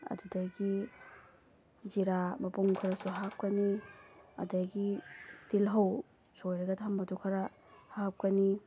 ꯑꯗꯨꯗꯒꯤ ꯖꯤꯔꯥ ꯃꯄꯨꯝ ꯈꯔꯁꯨ ꯍꯥꯞꯀꯅꯤ ꯑꯗꯨꯗꯒꯤ ꯇꯤꯜꯂꯧ ꯁꯣꯏꯔꯒ ꯊꯝꯕꯗꯨ ꯈꯔ ꯍꯥꯞꯀꯅꯤ